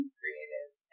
creative